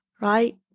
right